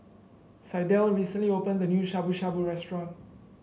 Sydell recently opened a new Shabu Shabu Restaurant